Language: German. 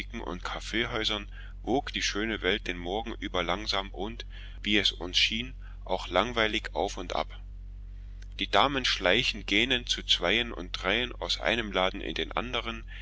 und kaffeehäusern wogt die schöne welt den morgen über langsam und wie es uns schien auch langweilig auf und ab die damen schleichen gähnend zu zweien und dreien aus einem laden in den anderen